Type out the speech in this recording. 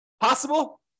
Possible